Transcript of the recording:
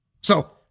So-